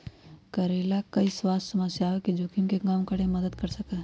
करेला कई स्वास्थ्य समस्याओं के जोखिम के कम करे में मदद कर सका हई